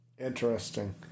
Interesting